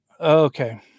Okay